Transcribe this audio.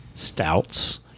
Stouts